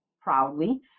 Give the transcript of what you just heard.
proudly